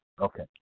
Okay